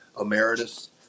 emeritus